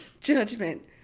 judgment